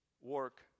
work